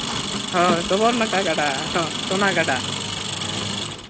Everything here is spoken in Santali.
ᱦᱳᱭ ᱥᱚᱵᱚᱨ ᱱᱟᱠᱷᱟ ᱜᱟᱰᱟ ᱥᱳᱱᱟ ᱜᱟᱰᱟ